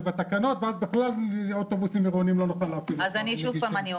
זה יהיה בתקנות ואז בכלל לא נוכל להפעיל אוטובוסים בין עירוניים.